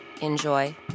enjoy